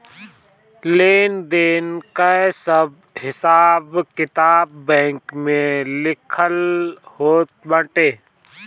लेन देन कअ सब हिसाब किताब बैंक में लिखल होत बाटे